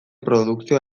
produkzioa